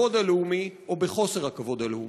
בכבוד הלאומי, או בחוסר הכבוד הלאומי.